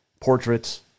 portraits